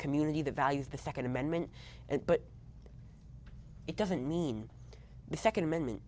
community that values the second amendment and but it doesn't mean the second amendment